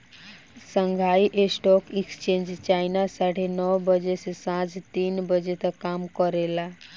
Shanghai stock exchange China साढ़े नौ बजे से सांझ तीन बजे तक काम करेला